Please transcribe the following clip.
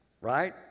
right